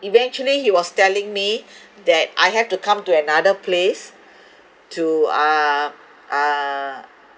eventually he was telling me that I have to come to another place to uh uh